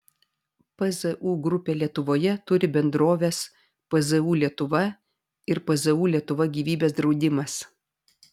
pzu grupė lietuvoje turi bendroves pzu lietuva ir pzu lietuva gyvybės draudimas